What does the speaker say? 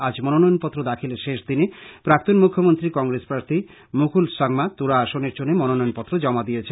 আজ মনোনয়নপত্র দাখিলের শেষদিনে প্রাক্তন মুখ্যমন্ত্রী কংগ্রেস প্রার্থী ডঃ মূকুল সাংমা তুরা আসনের জন্য মনোয়নপত্র জমা দিয়েছেন